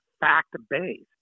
fact-based